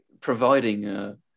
providing